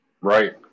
Right